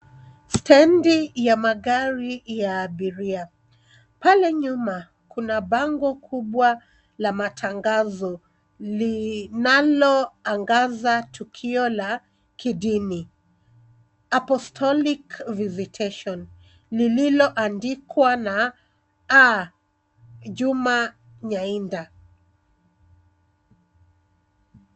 Stendi ya magari ya abiria. Pale nyuma kuna bango kubwa la matangazo linaloangaza tukio la kidini, Apostolic visitation , lililoandikwa na Ajuma Nyainda.